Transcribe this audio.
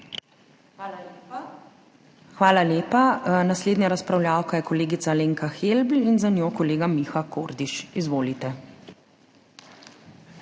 ZUPANČIČ:** Hvala lepa. Naslednja razpravljavka je kolegica Alenka Helbl in za njo kolega Miha Kordiš. Izvolite.